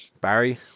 barry